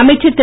அமைச்சர் திரு